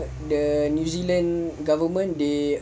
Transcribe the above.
the new zealand government they